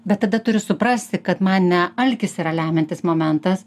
bet tada turiu suprasti kad man ne alkis yra lemiantis momentas